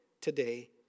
today